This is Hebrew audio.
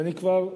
ואני כבר,